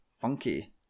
funky